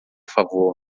favor